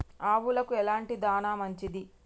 ఆవులకు ఎలాంటి దాణా మంచిది?